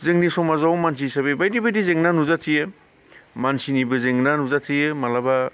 जोंनि समाजाव मानसि हिसाबै बायदि बायदि जेंना नुजाथियो मानसिनिबो जेंना नुजाथियो माब्लाबा